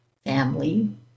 family